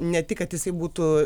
ne tik kad jisai būtų